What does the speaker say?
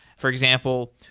for example.